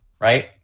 Right